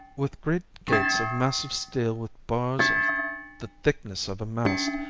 with great gates of massive steel with bars of the thickness of a mast,